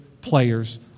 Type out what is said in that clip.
players